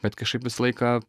bet kažkaip visą laiką